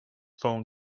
phone